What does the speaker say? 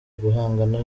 guhangana